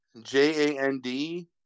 J-A-N-D